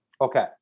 Okay